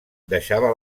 deixava